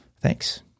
thanks